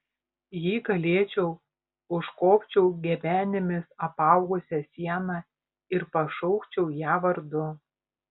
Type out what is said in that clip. jei galėčiau užkopčiau gebenėmis apaugusia siena ir pašaukčiau ją vardu